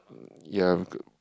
mm ya k~